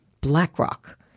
BlackRock